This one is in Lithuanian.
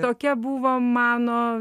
tokia buvo mano